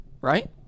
right